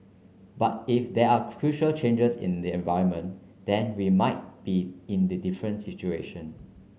but if there are crucial changes in the environment then we might be in the different situation